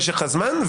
משך הזמן.